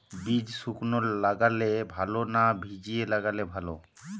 বীজ শুকনো লাগালে ভালো না ভিজিয়ে লাগালে ভালো?